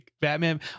batman